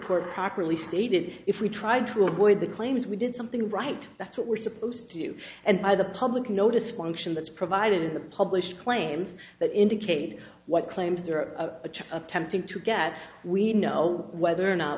court properly stated if we tried to avoid the claims we did something right that's what we're supposed to do and by the public notice function that's provided in the published claims that indicate what claims there are attempting to get we know whether or not